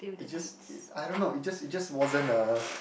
it just i~ I don't know it just it just wasn't a